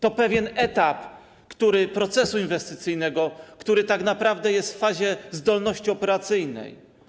To jest pewien etap procesu inwestycyjnego, który tak naprawdę jest w fazie zdolności operacyjnej.